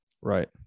right